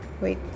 Wait